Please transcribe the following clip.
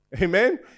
Amen